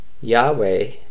Yahweh